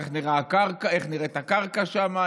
איך נראית הקרקע שם,